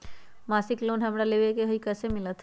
मासिक लोन हमरा लेवे के हई कैसे मिलत?